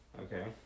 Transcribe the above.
okay